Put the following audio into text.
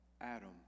Adam